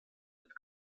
mit